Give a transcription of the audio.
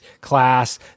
class